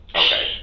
okay